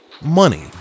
Money